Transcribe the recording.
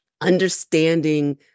understanding